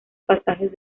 pasajes